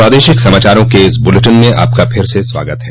प्रादेशिक समाचारों के इस बुलेटिन में आपका फिर से स्वागत है